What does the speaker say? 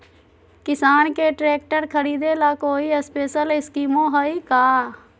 किसान के ट्रैक्टर खरीदे ला कोई स्पेशल स्कीमो हइ का?